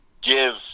give